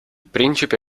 principe